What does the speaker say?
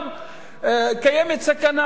קיימת סכנה